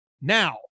now